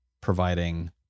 providing